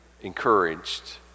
encouraged